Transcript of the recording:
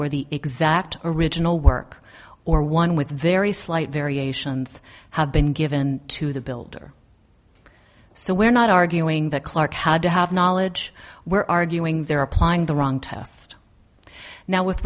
where the exact original work or one with very slight variations have been given to the builder so we're not arguing that clarke had to have knowledge we're arguing they're applying the wrong test now with